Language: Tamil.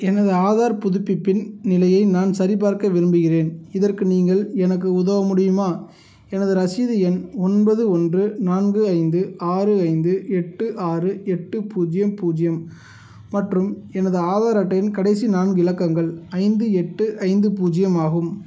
எனது ஆதார் புதுப்பிப்பின் நிலையை நான் சரிபார்க்க விரும்புகிறேன் இதற்கு நீங்கள் எனக்கு உதவ முடியுமா எனது ரசீது எண் ஒன்பது ஒன்று நான்கு ஐந்து ஆறு ஐந்து எட்டு ஆறு எட்டு பூஜ்ஜியம் பூஜ்ஜியம் மற்றும் எனது ஆதார் அட்டையின் கடைசி நான்கு இலக்கங்கள் ஐந்து எட்டு ஐந்து பூஜ்ஜியம் ஆகும்